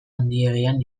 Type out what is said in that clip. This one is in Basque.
handiegian